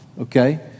Okay